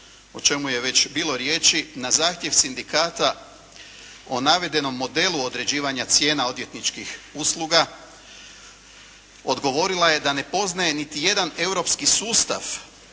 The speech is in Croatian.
o čemu je bilo već riječi, na zahtjev sindikata o navedenom modelu određivanja cijena odvjetničkih usluga odgovorila je da ne poznaje niti jedan europski sustav